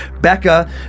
Becca